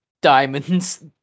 diamonds